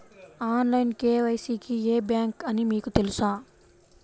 Online KYC కి ఏ bank అని మీకు తెలుసా?